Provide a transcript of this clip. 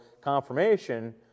confirmation